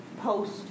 post